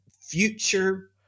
future